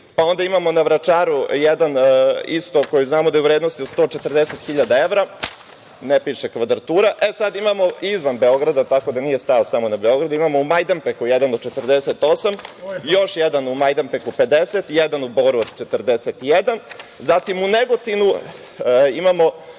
43.Onda, imamo na Vračaru jedan isto koji znamo da je u vrednosti od 140.000 evra, ne piše kvadratura.E sad, imamo i van Beograda, tako da nije stao samo na Beogradu. Imamo u Majdanpeku jedan od 48, još jedan u Majdanpeku 50, jedan u Boru od 41.Zatim u Negotinu, izraziću